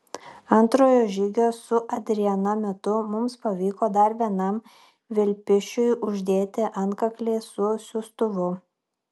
antrojo žygio su adriana metu mums pavyko dar vienam vilpišiui uždėti antkaklį su siųstuvu